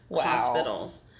hospitals